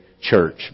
church